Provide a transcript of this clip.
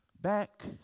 back